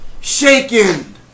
shaken